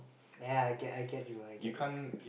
ya I get I get you I get you